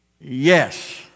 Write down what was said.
Yes